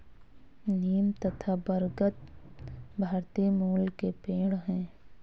नीम तथा बरगद भारतीय मूल के पेड है